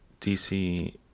DC